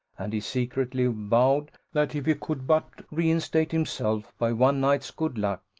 and he secretly vowed, that if he could but reinstate himself, by one night's good luck,